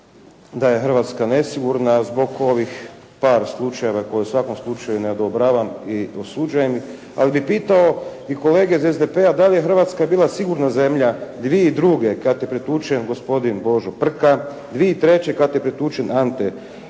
da je Hrvatska nesigurna zbog ovih par slučajeva koje u svakom slučaju ne odobravam i osuđujem ih, ali bih pitao i kolege iz SDP-a da li je Hrvatska bila sigurna zemlja 2002. kad je pretučen gospodin Božo Prka, 2003. kad je pretučen Ante Šimleša,